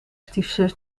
stiefzus